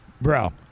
bro